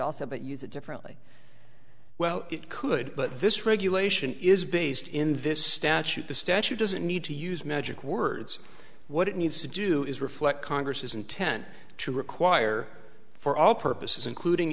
but use it differently well it could but this regulation is based in this statute the statute doesn't need to use magic words what it needs to do is reflect congress's intent to require for all purposes including